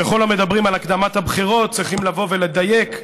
וכל המדברים על הקדמת הבחירות צריכים לבוא ולדייק,